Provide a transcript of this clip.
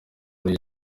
muri